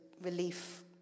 relief